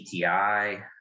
PTI